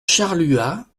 charluat